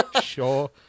sure